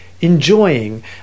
enjoying